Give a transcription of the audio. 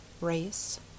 Race